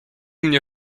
mnie